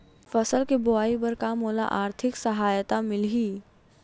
फसल के बोआई बर का मोला आर्थिक सहायता मिलही?